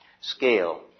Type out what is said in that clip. scale